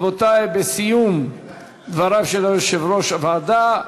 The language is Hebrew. רבותי, בסיום דבריו של יושב-ראש הוועדה,